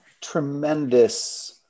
tremendous